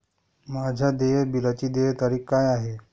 माझ्या देय बिलाची देय तारीख काय आहे?